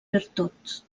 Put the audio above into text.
virtuts